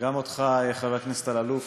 גם אותך, חבר הכנסת אלאלוף,